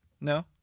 No